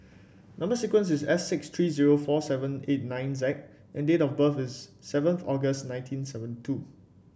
number sequence is S six three zero four seven eight nine Z and date of birth is seven August nineteen seventy two